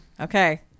Okay